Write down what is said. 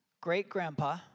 great-grandpa